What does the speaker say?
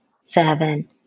seven